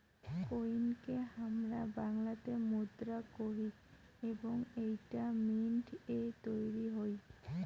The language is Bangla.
কোইনকে হামরা বাংলাতে মুদ্রা কোহি এবং এইটা মিন্ট এ তৈরী হই